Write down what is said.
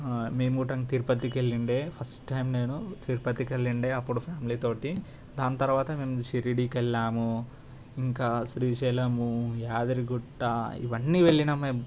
మేము కూటంగ్ తిరుపతి కెళ్ళిండే ఫస్ట్ టైం నేను తిరుపతికి వెళ్ళండే అప్పుడు ఫ్యామిలీ తోటి దాని తర్వాత మేము షిరిడికి వెళ్ళాము ఇంకా శ్రీశైలము యాదగిరిగుట్ట ఇవన్నీ వెళ్ళినాము మేము